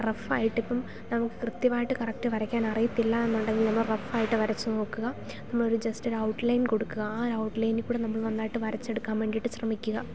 റഫ്ഫായിട്ടിപ്പം നമുക്ക് കൃത്യമായിട്ട് കറക്റ്റ് വരക്കാൻ അറിയത്തില്ലയെന്നുണ്ടെങ്കിൽ നമ്മൾ റഫായിട്ട് വരച്ചു നോക്കുക നമ്മളൊരു ജസ്റ്റ് ഒരൗട്ട്ലൈൻ കൊടുക്കുക ആ ഒരൗട്ട്ലൈനിൽ കൂടി നമ്മൾ നന്നായിട്ട് വരച്ചെടുക്കാൻ വേണ്ടിയിട്ട് ശ്രമിക്കുക